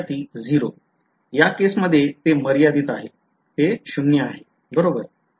विध्यार्थी 0 या केस मध्ये ते मर्यादित आहे ते शून्य आहे बरोबर